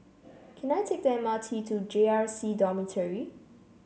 can I take the M R T to J R C Dormitory